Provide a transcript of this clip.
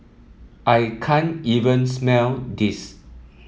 I can't even smell this